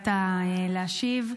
שהגעת להשיב.